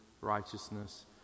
righteousness